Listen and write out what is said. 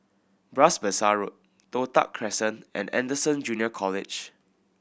Bras Basah Road Toh Tuck Crescent and Anderson Junior College